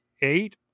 eight